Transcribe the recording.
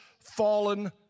fallen